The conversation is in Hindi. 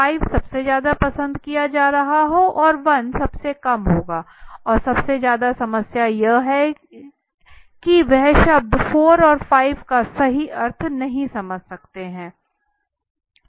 5 सबसे ज्यादा पसंद किया जा रहा है और 1 कम होगा और सबसे ज्यादा समस्या यह है कि हो सकता है वह शब्द 4 5 का सही अर्थ नहीं समझ सकता है